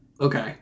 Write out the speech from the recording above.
okay